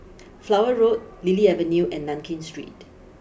Flower Road Lily Avenue and Nankin Street